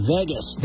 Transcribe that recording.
Vegas